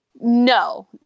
No